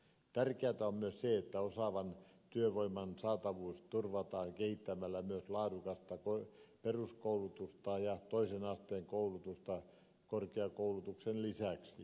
tärkeätä on myös se että osaavan työvoiman saatavuus turvataan kehittämällä myös laadukasta peruskoulutusta ja toisen asteen koulutusta korkeakoulutuksen lisäksi